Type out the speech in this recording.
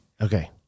Okay